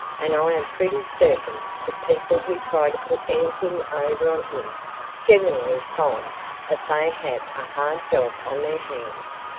and i am pretty certain that people who try to put anything over on him generally find that they have a hard job on their hands.